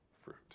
fruit